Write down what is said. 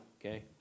okay